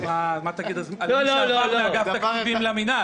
אז מה תגיד על מי שהפך מאגף תקציבים למינהל,